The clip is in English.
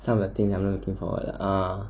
some of the things I'm not looking forward ah